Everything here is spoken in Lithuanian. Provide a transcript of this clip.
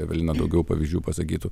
evelina daugiau pavyzdžių pasakytų